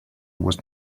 was